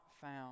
found